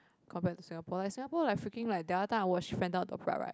compared to Singapore like Singapore like freaking like that time I was phantom of the opera right